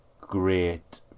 great